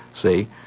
see